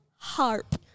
HARP